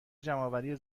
جمعآوری